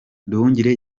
nduhungirehe